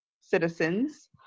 citizens